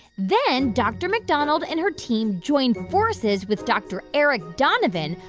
then dr. macdonald and her team joined forces with dr. eric donovan,